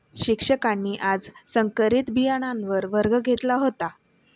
शिक्षकांनी आज संकरित बियाणांवर वर्ग घेतला होता